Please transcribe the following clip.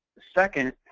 second